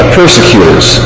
persecutors